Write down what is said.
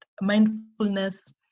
mindfulness